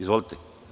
Izvolite.